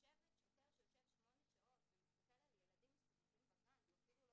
שוטר שיושב 8 שעות ומסתכל על ילדים שיושבים בגן ואפילו לא